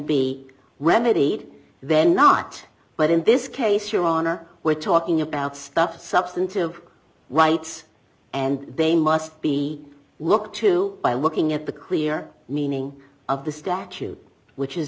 be remedied then not but in this case your honor we're talking about stuff substantive rights and they must be looked to by looking at the clear meaning of the statute which is